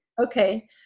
Okay